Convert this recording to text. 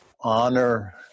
honor